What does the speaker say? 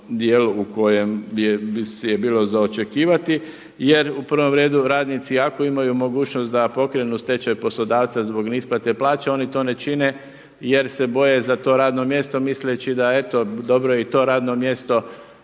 u kojem je bilo za očekivati. Jer u prvom redu radnici ako imaju mogućnost da pokrenu stečaj poslodavca zbog neisplate plaća. Oni to ne čine jer se boje za to radno mjesto misleći da eto, dobro je i to radno mjesto